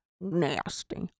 nasty